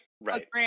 right